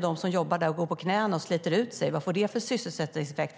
de som jobbar i äldreomsorgen går på knäna och sliter ut sig, vad får det för sysselsättningseffekt?